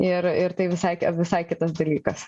ir ir tai visai visai kitas dalykas